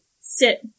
sit